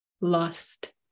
lost